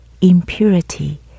impurity